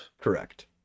correct